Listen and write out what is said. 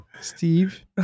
Steve